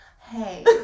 Hey